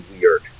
weird